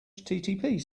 http